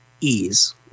ease